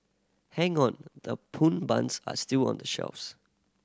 hang on the pun buns are still on the shelves